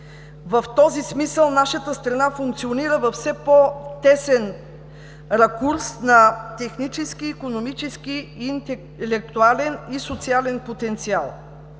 в този смисъл нашата страна функционира във все по-тесен ракурс на технически, икономически, интелектуален и социален потенциал.